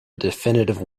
definitive